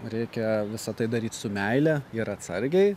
reikia visa tai daryt su meile ir atsargiai